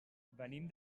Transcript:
venim